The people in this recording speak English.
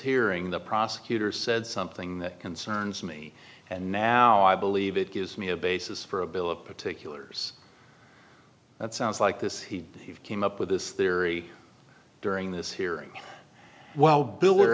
hearing the prosecutor said something that concerns me and now i believe it gives me a basis for a bill of particulars that sounds like this he came up with this theory during this hearing well bill or